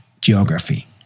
geography